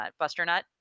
Busternut